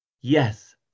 yes